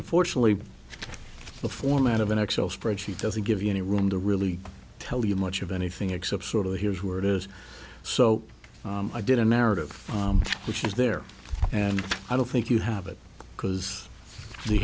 and fortunately the format of an excel spreadsheet doesn't give you any room to really tell you much of anything except sort of here's where it is so i did a narrative which is there and i don't think you have it because